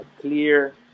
clear